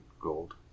gold